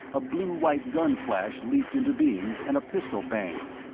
a blue-white gun flash leaped into being, and a pistol banged.